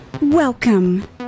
Welcome